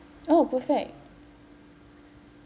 oh perfect